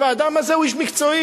האדם הזה הוא איש מקצועי.